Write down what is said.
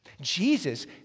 Jesus